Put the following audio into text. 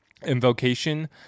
Invocation